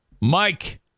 Mike